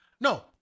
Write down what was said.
No